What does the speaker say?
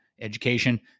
education